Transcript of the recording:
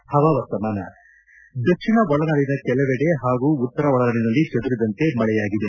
ಇನ್ನು ಹವಾವರ್ತಮಾನ ದಕ್ಷಿಣ ಒಳನಾಡಿನ ಕೆಲವೆಡೆ ಹಾಗೂ ಉತ್ತರ ಒಳನಾಡಿನಲ್ಲಿ ಚದುರಿದಂತೆ ಮಳೆಯಾಗಿದೆ